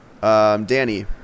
Danny